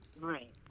Right